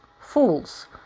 fools